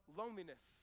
loneliness